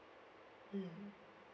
mm